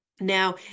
Now